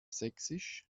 sächsisch